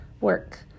work